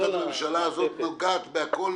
היא נוגעת בכול,